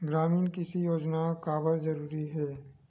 ग्रामीण कृषि योजना काबर जरूरी हे?